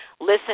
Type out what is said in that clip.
listen